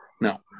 No